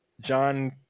John